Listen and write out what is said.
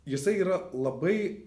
jisai yra labai